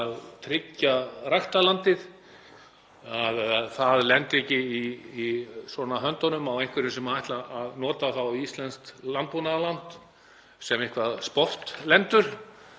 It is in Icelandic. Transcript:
að tryggja að ræktarland lendi ekki í höndunum á einhverjum sem ætla að nota íslenskt landbúnaðarland sem einhverjar sportlendur.